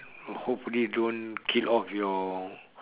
hopefully don't kill off your